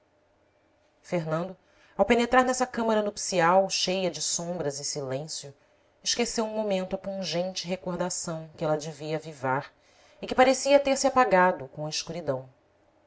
fernando ao penetrar nessa câmara nupcial cheia de sombras e silêncio esqueceu um momento a pungente recordação que ela devia avivar e que parecia ter-se apagado com a escuridão